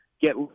get